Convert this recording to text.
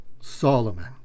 Solomon